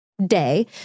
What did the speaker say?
day